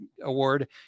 Award